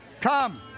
Come